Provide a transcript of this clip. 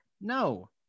No